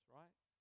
right